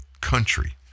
country